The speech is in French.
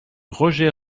roger